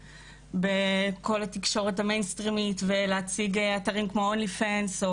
בכל תקשורת המיינסטרים ולהציג אתרים כמו OnlyFans או